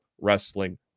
wrestling